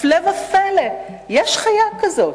הפלא ופלא, יש חיה כזאת.